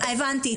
הבנתי.